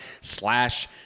slash